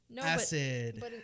acid